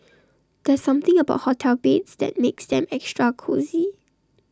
there's something about hotel beds that makes them extra cosy